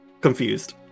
confused